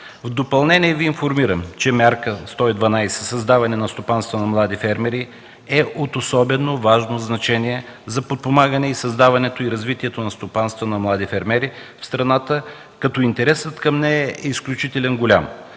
в допълнение Ви информирам, че мярка 112 – създаване на стопанства на млади фермери, е от особено важно значение за подпомагане, създаване и развитие на стопанства на млади фермери в страната, като интересът към нея е изключително голям,